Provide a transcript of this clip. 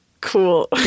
cool